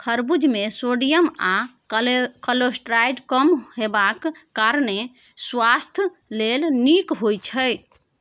खरबुज मे सोडियम आ कोलेस्ट्रॉल कम हेबाक कारणेँ सुआस्थ लेल नीक होइ छै